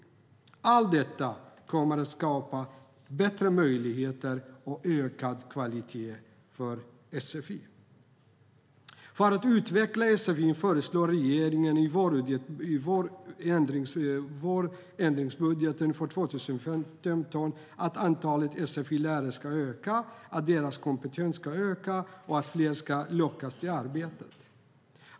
Allt detta kommer att skapa bättre möjligheter och ökad kvalitet för sfi. För att utveckla sfi föreslår regeringen i vårändringsbudgeten för 2015 att antalet sfi-lärare ska öka, att deras kompetens ska öka och att fler ska lockas till arbetet.